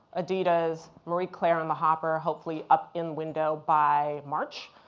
adidas, marie claire on the hopper. hopefully up in window by march.